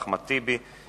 אחמד טיבי,